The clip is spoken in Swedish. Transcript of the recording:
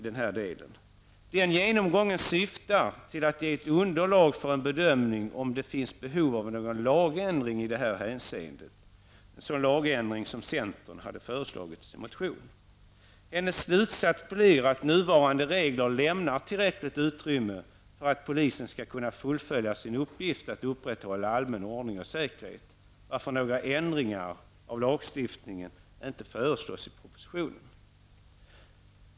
Den genomgången syftar till att ge ett underlag för en bedömning av om det finns något behov av en sådan lagändring som centern har föreslagit i en motion. Justitieministerns slutsats blev att nuvarande regler lämnar tillräckligt utrymme för att polisen skall kunna fullfölja sin uppgift att upprätthålla allmän ordning och säkerhet, varför några ändringar av lagstiftningen inte föreslås i propositionen.